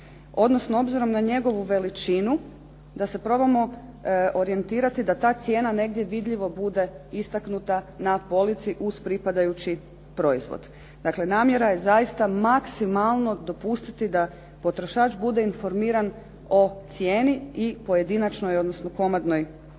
odnosno obzirom na njegovu veličinu da se probamo orijentirati da ta cijena negdje vidljivo bude istaknuta na polici uz pripadajući proizvod. Dakle, namjera je zaista maksimalno dopustiti da potrošač bude informiran o cijeni i o pojedinačnoj odnosno komadnoj